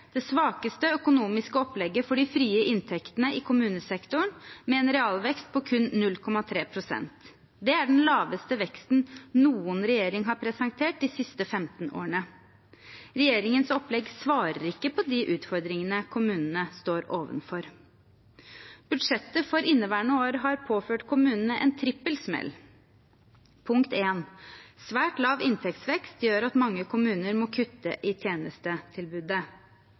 svakeste økonomiske opplegg for de frie inntektene i kommunesektoren, med en realvekst på kun 0,3 pst. Det er den laveste veksten noen regjering har presentert de siste 15 årene. Regjeringens opplegg svarer ikke på de utfordringene kommunene står overfor. Budsjettet for inneværende år har påført kommunene en trippel smell: Svært lav inntektsvekst gjør at mange kommuner må kutte i tjenestetilbudet.